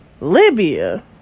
Libya